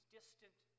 distant